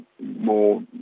more